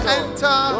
enter